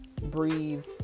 breathe